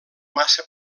massa